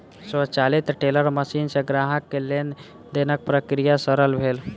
स्वचालित teller machine सॅ ग्राहक के लेन देनक प्रक्रिया सरल भेल